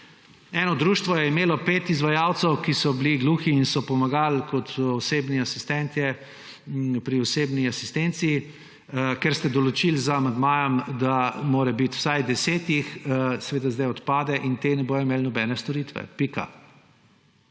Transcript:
Eno društvo je imelo pet izvajalcev, ki so bili gluhi in so pomagali kot osebni asistenti pri osebni asistenci. Ker ste določili z amandmajem, da jih mora biti vsaj 10, seveda zdaj odpade in ti ne bodo imeli nobene storitve, pika.